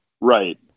right